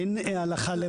אין הלכה למעשה.